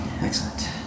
Excellent